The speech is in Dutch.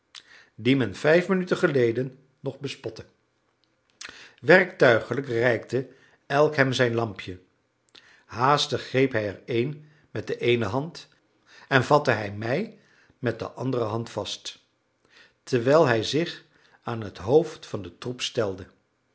men vijf minuten geleden nog bespotte werktuigelijk reikte elk hem zijn lampje haastig greep hij er een met de eene hand en vatte hij mij met de andere vast terwijl hij zich aan het hoofd van den troep stelde